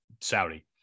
Saudi